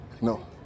No